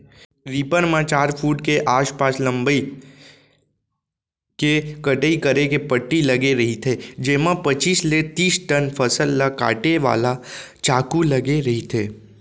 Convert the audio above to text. reaper म चार foot के आसपास लंबई के कटई करे के पट्टी लगे रहिथे जेमा पचीस ले तिस ठन फसल ल काटे वाला चाकू लगे रहिथे